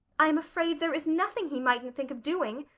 i am afraid there is nothing he mightn't think of doing.